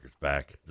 back